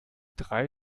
drei